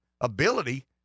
ability